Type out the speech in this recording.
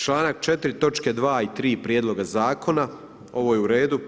Članak 4. točke 2. i 3. Prijedloga zakona, ovo je u redu.